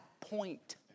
point